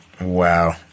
Wow